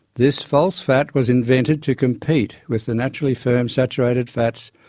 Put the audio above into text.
this false fat was invented to compete with the naturally firm saturated fats,